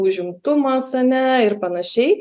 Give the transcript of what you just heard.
užimtumas ane ir panašiai